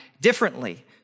differently